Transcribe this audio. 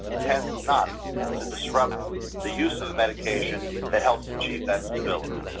tend not to disrupt the use of the medication that helps achieve that stability,